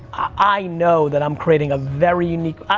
i know that i'm creating a very unique,